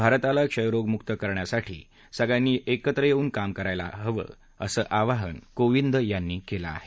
भारताला क्षयरोगमुक्त करण्यासाठी सगळ्यांनी एकत्र येऊन काम करायला हवं असं आवाहन कोविंद यांनी केलं आहे